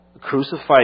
crucified